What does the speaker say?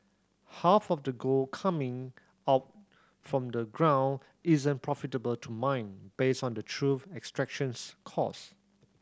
half of the gold coming out from the ground isn't profitable to mine based on the true extractions cost